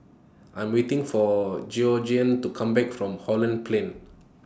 I Am waiting For Georgeann to Come Back from Holland Plain